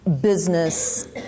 business